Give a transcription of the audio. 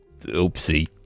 Oopsie